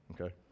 okay